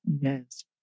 Yes